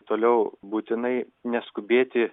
toliau būtinai neskubėti